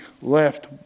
left